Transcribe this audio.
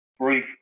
brief